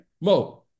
Mo